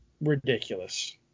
Ridiculous